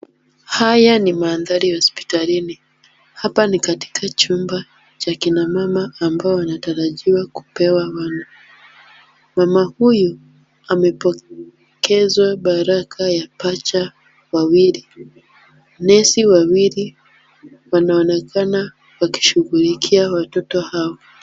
Haya ni mandhari ya hospitalini, hapa ni katika chumba cha akina mama ambao wanatarajiwa kupewa wana. Mama huyu amepokezwa baraka ya pacha wawili, nesi wawili wanaonekana wakishughulikia watoto hawa.